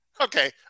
Okay